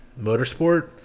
Motorsport